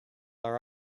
are